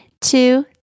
two